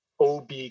OB